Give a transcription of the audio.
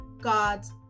God's